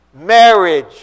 marriage